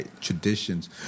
Traditions